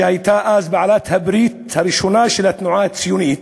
שהייתה אז בעלת הברית הראשונה של התנועה הציונית,